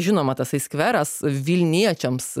žinoma tasai skveras vilniečiams